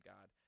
God